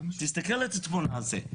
תסתכל על התמונה הזאת,